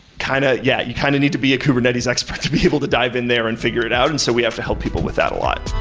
kind of yeah, you kind of need to be a kubernetes expert to be able to dive in there and figure it out, and so we have to help people with that a lot.